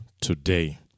today